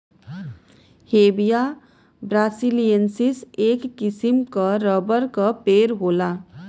Hevea brasiliensis, एक किसिम क रबर क पेड़ होला